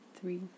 three